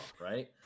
right